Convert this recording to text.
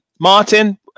Martin